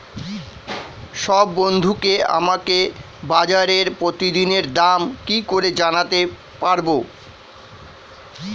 সব বন্ধুকে আমাকে বাজারের প্রতিদিনের দাম কি করে জানাতে পারবো?